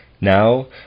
Now